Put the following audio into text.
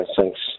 Thanks